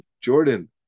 Jordan